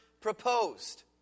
proposed